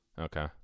Okay